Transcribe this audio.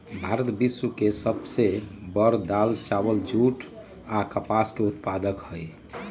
भारत विश्व के सब से बड़ दाल, चावल, दूध, जुट आ कपास के उत्पादक हई